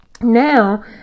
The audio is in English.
Now